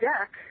deck